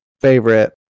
favorite